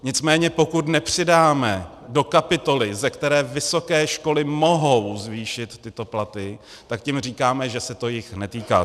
Nicméně pokud nepřidáme do kapitoly, ze které vysoké školy mohou zvýšit tyto platy, tak tím říkáme, že se to jich netýká.